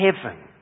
heaven